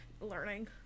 learning